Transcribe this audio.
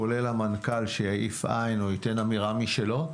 כולל המנכ"ל יעיף עין או ייתן אמירה משלו.